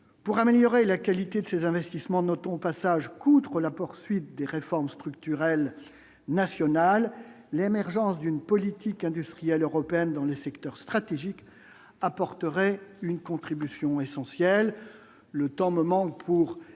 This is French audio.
pour améliorer la qualité de ses investissements, notons au passage qu'outre la poursuite des réformes structurelles nationales, l'émergence d'une politique industrielle européenne dans le secteur stratégique apporterait une contribution essentielle le temps me manque pour élaborer